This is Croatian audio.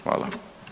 Hvala.